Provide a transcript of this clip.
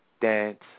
dance